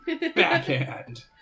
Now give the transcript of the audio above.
Backhand